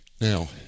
Now